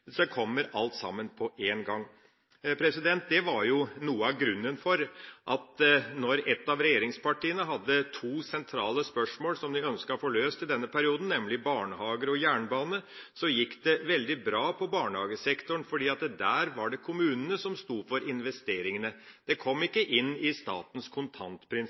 alt sammen kommer på en gang. Det var noe av grunnen til at da et av regjeringspartiene hadde to sentrale spørsmål som det ønsket å få løst i denne perioden, nemlig barnehager og jernbane, gikk det veldig bra på barnehagesektoren, for der var det kommunene som sto for investeringene. Det kom ikke inn under statens